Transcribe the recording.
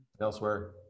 elsewhere